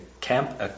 camp